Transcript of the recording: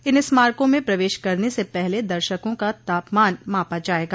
इन स्मारकों में प्रवेश करने से पहले दर्शकों का तापमान मापा जाएगा